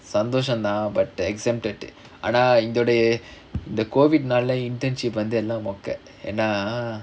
சந்தோஷம்தான்:santhoshanthaan but the exempted ஆனா இதோடைய இந்த:aanaa ithodaiya intha COVID நால:naala internship வந்து எல்லாம் மொக்க ஏனா:vanthu ellaam mokka yaenaa